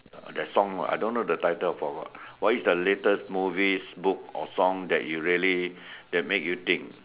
the song I don't know title I forgot what is the latest movie book or song that you really that make you think